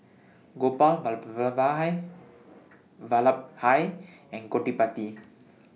Gopal Vallabhbhai and Gottipati